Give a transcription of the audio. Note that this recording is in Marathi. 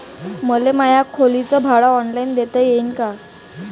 मले माया खोलीच भाड ऑनलाईन देता येईन का?